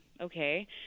Okay